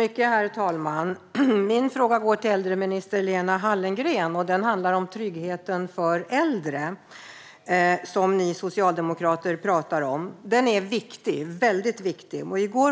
Herr talman! Min fråga går till äldreminister Lena Hallengren och handlar om tryggheten för äldre, som ni socialdemokrater talar om och som är väldigt viktig. I går